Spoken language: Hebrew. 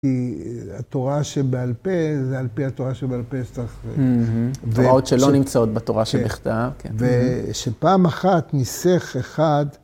כי התורה שבעל פה, זה על פי התורה שבעל פה, סטח. תורות שלא נמצאות בתורה שבכתב. ושפעם אחת, ניסח אחד.